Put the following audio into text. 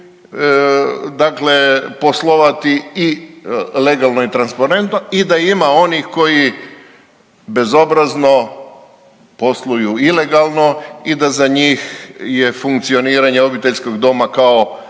dakle poslovati i legalno i transparentno i da ima onih koji bezobrazno posluju ilegalno i da za njih je funkcioniranje obiteljskog doma kao